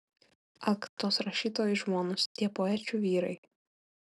ak tos rašytojų žmonos tie poečių vyrai